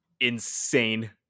insane